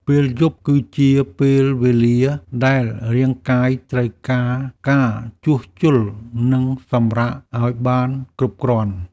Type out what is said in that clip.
ពេលយប់គឺជាពេលវេលាដែលរាងកាយត្រូវការការជួសជុល និងសម្រាកឱ្យបានគ្រប់គ្រាន់។